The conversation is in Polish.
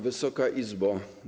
Wysoka Izbo!